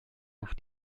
nach